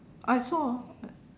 I saw